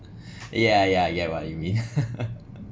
ya ya I get what you mean